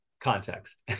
context